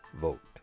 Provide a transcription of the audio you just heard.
Vote